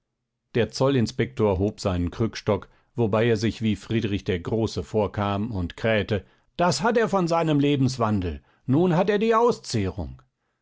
der zollinspektor hob seinen krückstock wobei er sich wie friedrich der große vorkam und krähte das hat er von seinem lebenswandel nun hat er die auszehrung